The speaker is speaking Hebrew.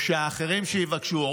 אחרים שיבקשו,